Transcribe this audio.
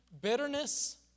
bitterness